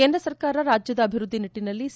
ಕೇಂದ್ರಸರ್ಕಾರ ರಾಜ್ಯದ ಅಭಿವೃದ್ದಿ ನಿಟ್ಟಿನಲ್ಲಿ ಸಿ